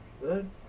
good